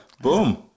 Boom